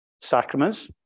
Sacraments